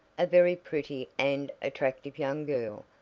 a very pretty and attractive young girl,